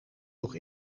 nog